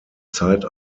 zeit